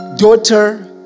Daughter